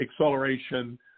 acceleration